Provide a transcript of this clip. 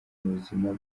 buzima